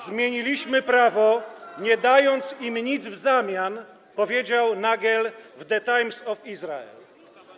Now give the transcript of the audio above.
Zmieniliśmy prawo, nie dając im nic w zamian - powiedział Nagel w „The Times of Israel”